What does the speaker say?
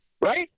Right